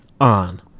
on